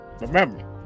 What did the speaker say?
Remember